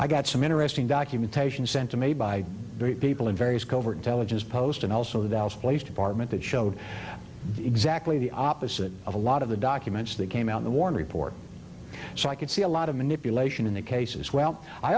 i got some interesting documentation sent to me by people in various covert intelligence post and also the dallas police department that showed exactly the opposite of a lot of the documents that came out the warren report so i could see a lot of manipulation in the case as well i